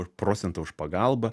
procentą už pagalbą